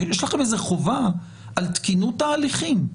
יש לכם איזו חובה על תקינות תהליכים,